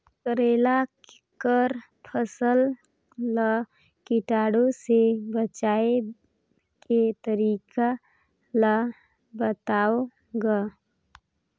करेला कर फसल ल कीटाणु से बचाय के तरीका ला बताव ग?